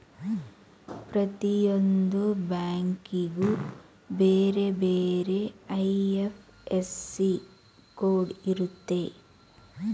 ಪ್ರತಿಯೊಂದು ಬ್ಯಾಂಕಿಗೂ ಬೇರೆ ಬೇರೆ ಐ.ಎಫ್.ಎಸ್.ಸಿ ಕೋಡ್ ಇರುತ್ತೆ